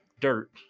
dirt